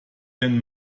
den